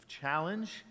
challenge